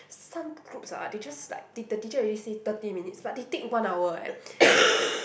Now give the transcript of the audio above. some groups ah they just like t~ the teacher already say thirty minutes but they take one hour eh